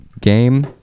game